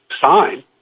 sign